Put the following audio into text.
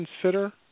consider